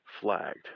flagged